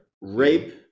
rape